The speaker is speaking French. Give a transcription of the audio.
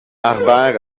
harbert